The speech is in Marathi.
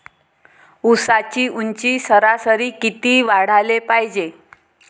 ऊसाची ऊंची सरासरी किती वाढाले पायजे?